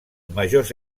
majors